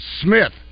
Smith